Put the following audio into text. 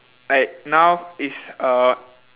like now it's a